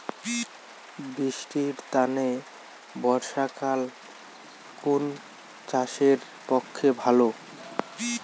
বৃষ্টির তানে বর্ষাকাল কুন চাষের পক্ষে ভালো?